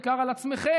בעיקר על עצמכם.